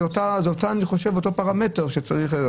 אני חושב שזה אותו פרמטר.